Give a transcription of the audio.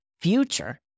future